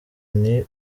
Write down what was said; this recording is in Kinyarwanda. nti